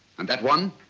and that one?